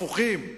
הפוכים,